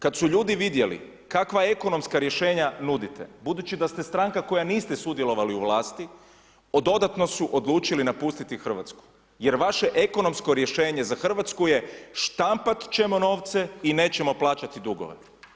Kad su ljudi vidjeli kakva ekonomska rješenja nudite, budući da ste stranka koja niste sudjelovali u vlasti, dodatno su odlučili napustiti Hrvatsku, jer vaše ekonomsko rješenje za Hrvatsku je štampat ćemo novce i nećemo plaćati dugove.